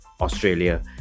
australia